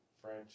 French